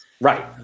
right